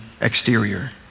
exterior